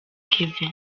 kevin